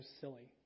silly